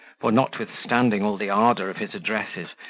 for, notwithstanding all the ardour of his addresses,